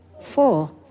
Four